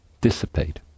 dissipate